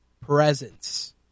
presence